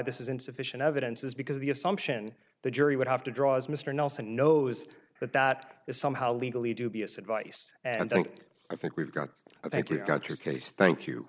this is insufficient evidence is because the assumption the jury would have to draw as mr nelson knows that that is somehow legally dubious advice and i think i think we've got i think you've got your case thank you